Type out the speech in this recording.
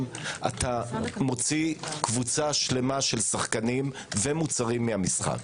אתה מוציא קבוצה שלמה של מוצרים ושחקנים מהמשחק.